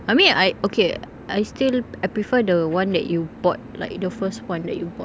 I mean I okay I still I prefer the one that you bought like the first one that you bought